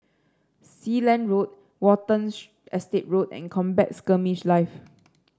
Sealand Road Watten Estate Road and Combat Skirmish Live